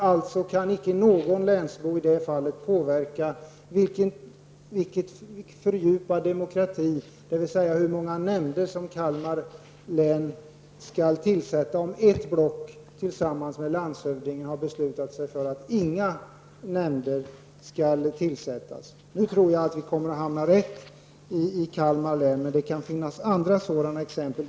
Alltså kan icke någon länsbo i det fallet påverka vilken fördjupad demokrati som skall införas, dvs. hur många nämnder som Kalmar län skall tillsätta om ett block tillsammans med landshövdingen har beslutat sig för att inga nämnder skall tillsättas. Nu tror jag att vi kommer att hamna rätt i Kalmar län, men det kan finnas andra sådana exempel.